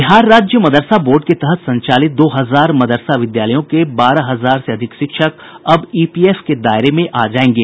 बिहार राज्य मदरसा बोर्ड के तहत संचालित दो हजार मदरसा विद्यालयों के बारह हजार से अधिक शिक्षक अब ईपीएफ के दायरे में आ जायेंगे